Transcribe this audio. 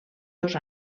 dos